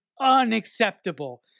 unacceptable